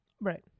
Right